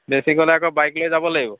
বেছি গ'লে আকৌ বাইক লৈ যাব লাগিব